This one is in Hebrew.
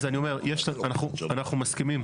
אז אני אומר, אנחנו מסכימים.